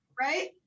right